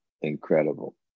Incredible